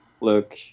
Look